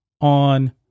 on